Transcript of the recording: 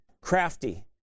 Crafty